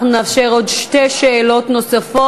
אנחנו נאפשר שתי שאלות נוספות,